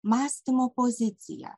mąstymo poziciją